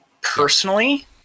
personally